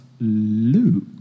Luke